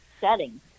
settings